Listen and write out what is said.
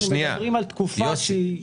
שניה יוסי,